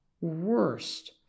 worst